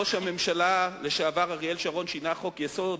ראש הממשלה לשעבר אריאל שרון שינה חוק-יסוד